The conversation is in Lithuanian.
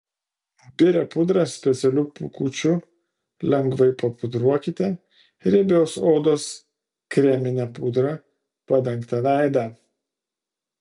biria pudra specialiu pūkučiu lengvai papudruokite riebios odos kremine pudra padengtą veidą